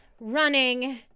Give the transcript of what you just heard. running